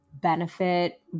benefit